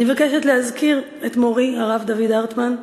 אני מבקשת להזכיר את מורי הרב דוד הרטמן,